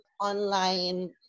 online